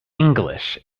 english